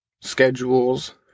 schedules